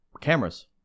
Cameras